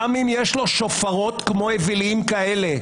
גם אם יש לו שופרות כמו אווילים כאלה,